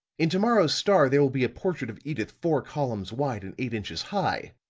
in to-morrow's star there will be a portrait of edyth four columns wide and eight inches high.